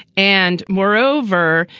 and moreover,